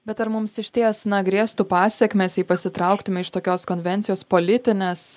bet ar mums išties na grėstų pasekmės jei pasitrauktume iš tokios konvencijos politinės